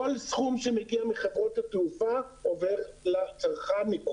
כל סכום שמגיע מחברות התעופה עובר לצרכן.